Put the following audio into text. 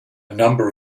number